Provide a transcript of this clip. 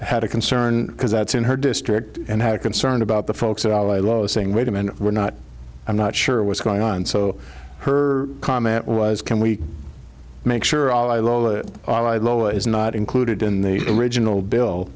had a concern because that's in her district and had a concern about the folks at all i love saying wait a minute we're not i'm not sure what's going on so her comment was can we make sure all i lol lol is not included in the original bill